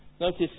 Notice